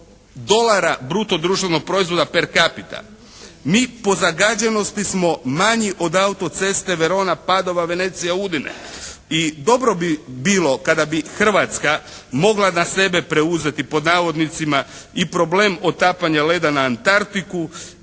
dolara bruto društvenog proizvoda per capita. Mi po zagađenosti smo manji od autoceste Verona-Padova-Venecija-Udine. I dobro bi bilo kada bi Hrvatska mogla na sebe preuzeti pod navodnicima, i problem otapanja leda na Antarktiku